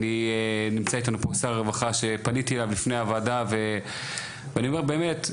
נמצא פה שר הרווחה שפניתי אליו לפני הוועדה ואני אומר באמת,